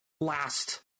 last